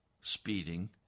speeding